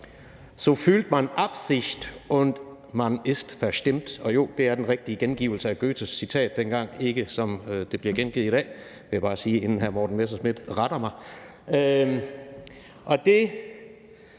Og jo, det er den rigtige gengivelse af Goethes citat fra dengang – ikke, som det bliver gengivet i dag, vil jeg bare sige, inden hr. Morten Messerschmidt retter mig. Det